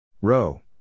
Row